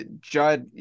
Judd